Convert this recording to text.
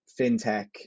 fintech